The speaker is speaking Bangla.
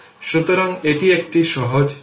সুতরাং এটি একটি সহজ চিত্র